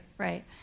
Right